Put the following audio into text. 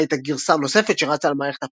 לתוכנה הייתה גרסה נוספת שרצה על מערכת